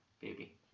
Baby